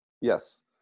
Yes